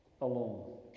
alone